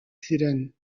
ziren